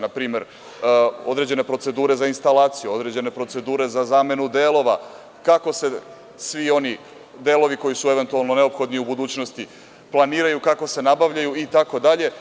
Na primer, određene procedure za instalacije, određene procedure za zamenu delova, kako se svi oni delovi koji su eventualno neophodni u budućnosti planiraju, kako se nabavljaju itd.